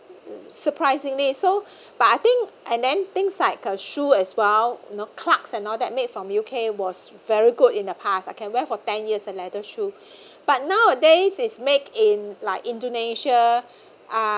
surprisingly so but I think and then things like uh shoe as well no clarks and all that made from U_K was very good in the past I can wear for ten years the leather shoe but nowadays is made in like indonesia uh